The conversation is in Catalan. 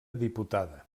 diputada